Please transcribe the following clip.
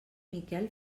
miquel